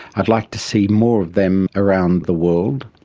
i'd like to see more of them around the world.